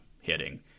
hitting